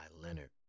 Leonard